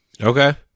Okay